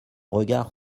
regard